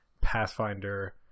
Pathfinder